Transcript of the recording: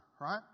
right